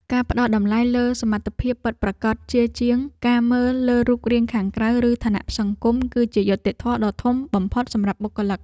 ការផ្តល់តម្លៃលើសមត្ថភាពពិតប្រាកដជាជាងការមើលលើរូបរាងខាងក្រៅឬឋានៈសង្គម គឺជាយុត្តិធម៌ដ៏ធំបំផុតសម្រាប់បុគ្គលិក។